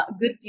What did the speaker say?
good